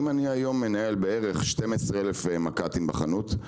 אם אני היום מנהל בערך כ-12,000 מק"טים בחנות,